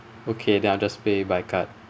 okay then I'll just pay by card